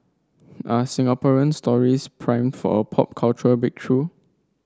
are Singaporean stories primed for a pop cultural breakthrough